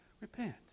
repent